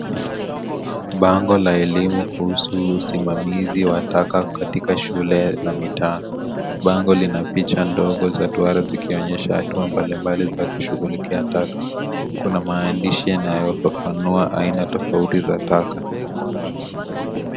Bango la elimu kuhusu usimamizi wa taka katika shule na mitaa . Bango Lina picha ndogo za duara zikionyesha hatua mbalimbali za kushughulikia taka, kuna maandishi yanayofafanua aina tofauti za taka.